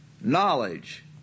Knowledge